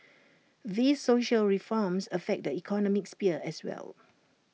these social reforms affect the economic sphere as well